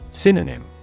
Synonym